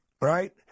right